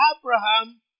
Abraham